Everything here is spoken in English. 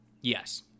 Yes